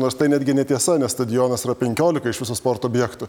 nors tai netgi netiesa nes stadionas yra penkiolika iš visų sporto objektų